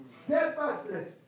Steadfastness